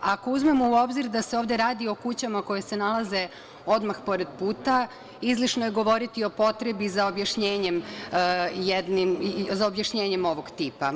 Ako uzmemo u obzir da se ovde radi o kućama koje se nalaze odmah pored puta, izlišno je govoriti o potrebi za objašnjenjem ovog tipa.